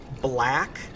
black